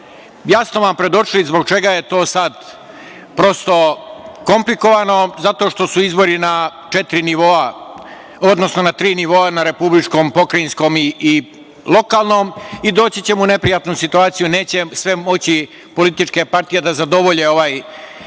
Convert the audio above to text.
smo vam predočili zbog čega je to sada prosto komplikovano, zato što su izbori na četiri nivoa, odnosno na tri nivoa, na republičkom, pokrajinskom i lokalnom. Doći ćemo u neprijatnu situaciju, neće moći sve političke partije da zadovolje ovu